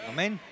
Amen